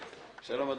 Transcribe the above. שלום לכולם.